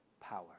power